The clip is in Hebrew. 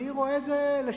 אני רואה את זה לשבחה,